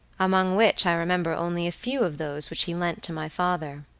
among which i remember only a few of those which he lent to my father.